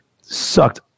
Sucked